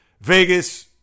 Vegas